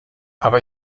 aber